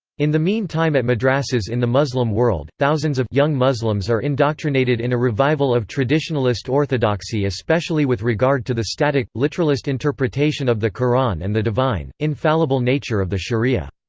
in the mean time at madrassas in the muslim world, thousands of young muslims are indoctrinated in a revival of traditionalist orthodoxy especially with regard to the static, literalist interpretation of the quran and the divine, infallible nature of the shariah.